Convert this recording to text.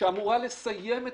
שאמורה לסיים את